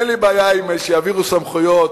אין לי בעיה שיעבירו סמכויות,